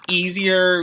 easier